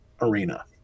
arena